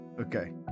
Okay